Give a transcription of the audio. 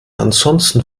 ansonsten